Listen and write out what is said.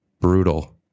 Brutal